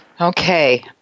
Okay